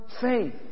faith